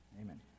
Amen